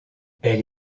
elle